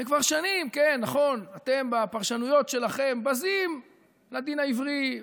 וכבר שנים אתם בפרשנויות שלכם בזים לדין העברי,